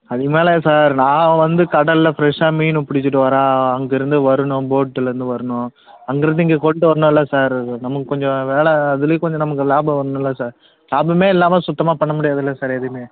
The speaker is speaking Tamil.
அதுக்கு மேலே சார் நான் வந்து கடலில் ஃப்ரெஷ்ஷாக மீன் பிடிச்சிட்டு வரேன் அங்கே இருந்து வரணும் போட்டில் இருந்து வரணும் அங்கே இருந்து இங்கே கொண்டு வரணும்ல சார் அது நமக்கு கொஞ்சம் வேலை அதுலேயும் கொஞ்சம் நமக்கு லாபம் வரணும்லே சார் லாபமே இல்லாமல் சுத்தமாக பண்ண முடியாதில்ல சார் எதையுமே